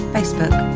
Facebook